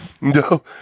No